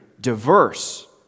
diverse